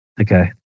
Okay